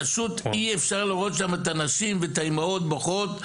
פשוט אי אפשר לראות שם את הנשים ואת האימהות בוכות,